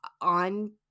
on